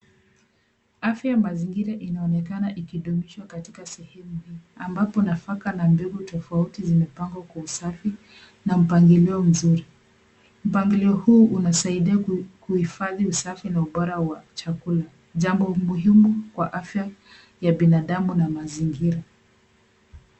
Afya ya mazingira inaonekana ikidumishwa katika sehemu ambako nafaka na mbegu tofauti zimepangwa kwa usafi na mpangilio mzuri. Mpangilio huu unasaidia kuhifadhi usafi na ubora wa chakula, jambo lililo muhimu kwa afya ya binadamu na mazingira.